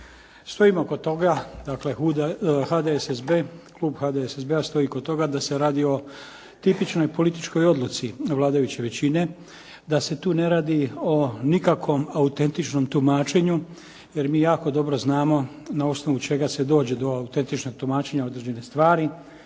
Stojimo kod toga, dakle klub HDSSB-a stoji kod toga da se radi o tipičnoj političkoj odluci vladajuće većine, da se tu ne radi o nikakvom autentičnom tumačenju jer mi jako dobro znamo na osnovu čega se dođe do autentičnog tumačenja određene stvari.